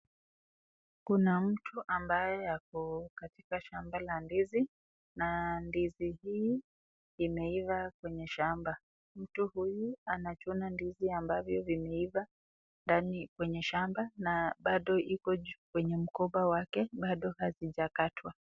Kuna mtu ambaye ako katika shamba la ndizi na ndizi hii imeiva kwenye shamba. Mtu huyu anachuna ndizi ambavyo zimeiva ndani kwenye shamba na bado iko kwenye mkoba wake bado hazijakatwa.